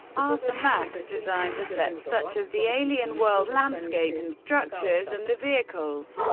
arthur max designed the sets such as the alien world landscape and structures, and the vehicles,